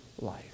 life